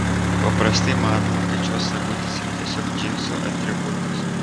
paprastai manoma kad šios sagutės yra tiesiog džinsų atributas